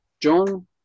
John